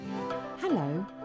Hello